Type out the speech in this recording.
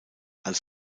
als